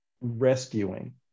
rescuing